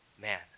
man